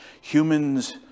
humans